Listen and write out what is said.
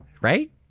Right